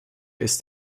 ist